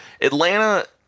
Atlanta